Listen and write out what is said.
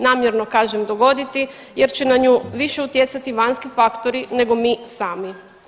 Namjerno kažem dogoditi, jer će na nju više utjecati vanjski faktori nego mi sami.